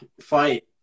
fight